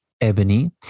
ebony